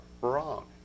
wrong